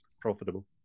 profitable